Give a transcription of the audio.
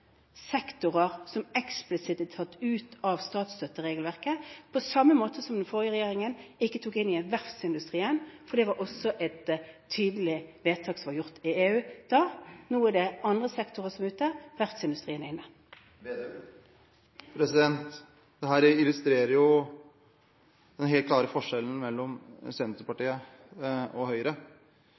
sektorer igjen som eksplisitt er tatt ut av statsstøtteregelverket, på samme måte som den forrige regjeringen ikke tok inn igjen verftsindustrien, for det var også et tydelig vedtak som var gjort i EU da. Nå er det andre sektorer som er ute – verftsindustrien er inne. Dette illustrerer den helt klare forskjellen mellom Senterpartiet og Høyre.